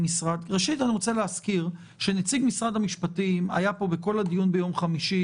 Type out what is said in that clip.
אני רוצה להזכיר שנציג משרד המשפטים היה פה בכל הדיון ביום חמישי,